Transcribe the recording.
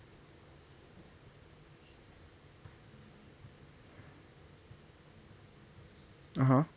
(uh huh)